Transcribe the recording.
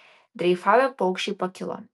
dreifavę paukščiai pakilo